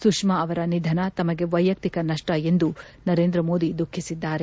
ಸುಷ್ನಾ ಅವರ ನಿಧನ ತಮಗೆ ವೈಯಕ್ತಿಕ ನಷ್ಸ ಎಂದು ನರೇಂದ್ರ ಮೋದಿ ದುಃಖಿಸಿದ್ದಾರೆ